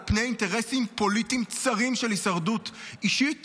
על פני אינטרסים פוליטיים צרים של הישרדות אישית